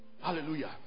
Hallelujah